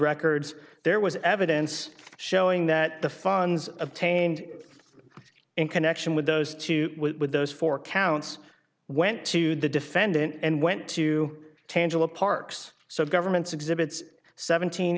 records there was evidence showing that the funds obtained in connection with those two with those four counts went to the defendant and went to tangible parks so the government's exhibits seventeen